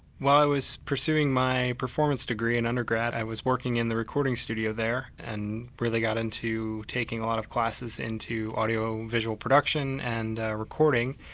while i was pursuing my performance degree in undergrad i was working in a recording studio there, and really got into taking a lot of classes into audio visual production and recording.